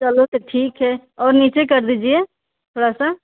चलो तो ठीक है और नीचे कर दीजिए थोड़ा सा